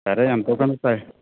సరే ఎంతోకొంత